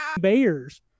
Bears